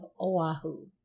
Oahu